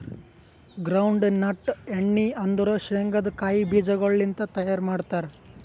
ground nut ಎಣ್ಣಿ ಅಂದುರ್ ಶೇಂಗದ್ ಕಾಯಿ ಬೀಜಗೊಳ್ ಲಿಂತ್ ತೈಯಾರ್ ಮಾಡ್ತಾರ್